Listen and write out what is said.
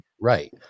Right